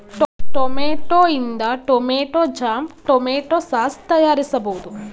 tomato ಇಂದ tomato jam, tomato sauce ತಯಾರಿಸಬೋದು